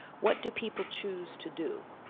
what do people choose to do?